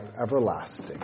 everlasting